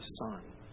Son